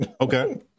Okay